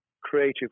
creative